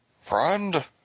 Friend